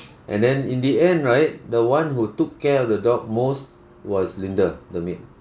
and then in the end right the one who took care of the dog most was linda the maid